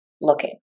looking